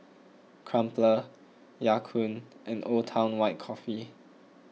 Crumpler Ya Kun and Old Town White Coffee